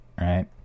Right